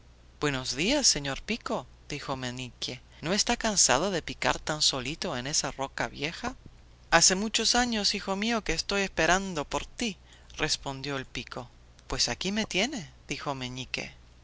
buenos días señor pico dijo meñique no está cansado de picar tan solito en esa roca vieja hace muchos años hijo mío que estoy esperando por ti respondió el pico pues aquí me tiene dijo meñique